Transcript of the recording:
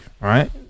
right